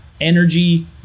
energy